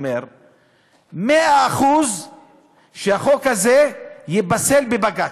אומר: מאה אחוז שהחוק הזה ייפסל בבג"ץ.